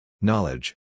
Knowledge